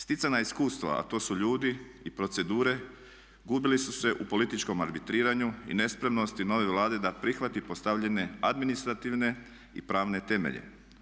Sticana iskustva, a to su ljudi i procedure, gubili su se u političkom arbitriranju i nespremnosti nove Vlade da prihvati postavljene administrativne i pravne temelje.